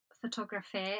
photography